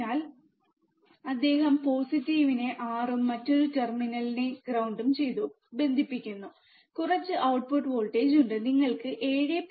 അതിനാൽ അദ്ദേഹം പോസിറ്റീവിനെ 6 ഉം മറ്റൊരു ടെർമിനലിനെ ഗ്രൌണ്ട് ചെയ്തു ബന്ധിപ്പിക്കുന്നു കുറച്ച് ഔട്ട്പുട്ട് വോൾട്ടേജ് ഉണ്ട് നിങ്ങൾക്ക് 7